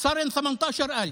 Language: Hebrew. והפכו ל-18,000.